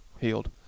healed